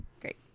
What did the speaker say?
Great